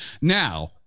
Now